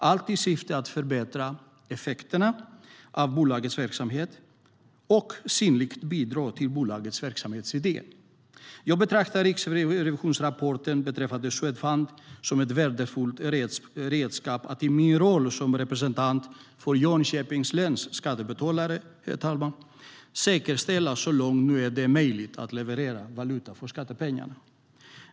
Allt detta görs i syfte att förbättra effekterna av bolagets verksamhet och synligt bidra till bolagets verksamhetsidé. Jag betraktar riksrevisionsrapporten beträffande Swedfund som ett värdefullt redskap för att i min roll som representant för Jönköpings läns skattebetalare säkerställa så långt det nu är möjligt att leverera valuta för skattepengarna.